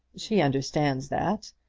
she understands that.